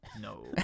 no